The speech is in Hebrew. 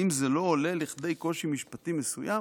האם זה לא עולה לכדי קושי משפטי מסוים